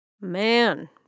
Man